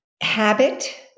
Habit